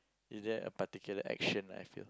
is there a particular action like if you